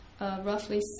roughly